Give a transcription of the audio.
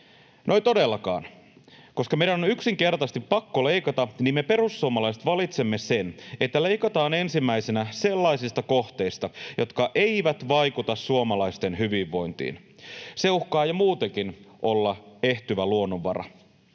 No ei todellakaan! Koska meidän on yksinkertaisesti pakko leikata, niin me perussuomalaiset valitsemme sen, että leikataan ensimmäisenä sellaisista kohteista, jotka eivät vaikuta suomalaisten hyvinvointiin — se uhkaa jo muutenkin olla ehtyvä luonnonvara.